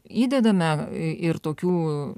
įdedame ir tokių